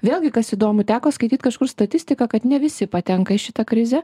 vėlgi kas įdomu teko skaityt kažkur statistiką kad ne visi patenka į šitą krizę